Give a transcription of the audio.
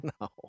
No